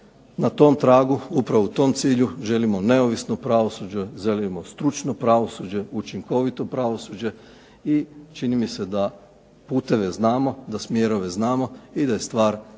na tom tragu. Upravo u tom cilju želimo neovisno pravosuđe, želimo stručno pravosuđe, učinkovito pravosuđe i čini mi se da puteve znamo, da smjerove znamo i da je stvar primjene